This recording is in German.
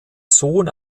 sohn